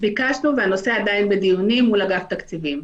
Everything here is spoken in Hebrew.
ביקשנו והנושא עדיין בדיונים מול אגף תקציבים.